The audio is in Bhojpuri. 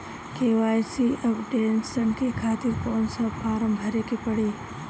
के.वाइ.सी अपडेशन के खातिर कौन सा फारम भरे के पड़ी?